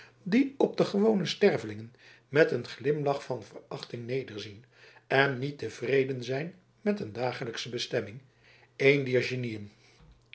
die op de gewone stervelingen met een glimlach van verachting nederzien en niet tevreden zijn met een dagelijksche bestemming een dier